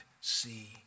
see